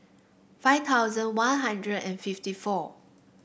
five thousand One Hundred and fifty four